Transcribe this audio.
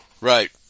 Right